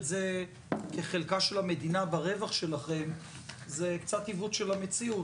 זה כחלקה של המדינה ברווח שלכם זה קצת עיוות של המציאות,